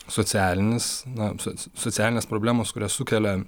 socialinis na soc socialinės problemos kurias sukelia